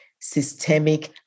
systemic